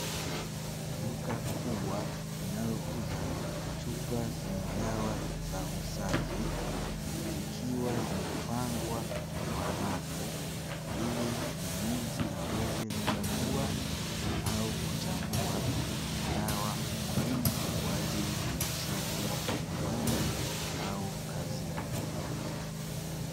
Duka kubwa linalo uza chupa za dawa za usafi, zikiwa zimepangwa kwa rafu ili mnunuzi aweze kuchagua au kuchambua dawa muhimu kwa ajili ya usafi wa nyumbani au kazini.